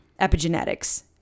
epigenetics